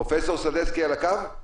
פרופ' סדצקי עדיין על הקו?